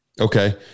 okay